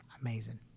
amazing